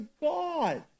God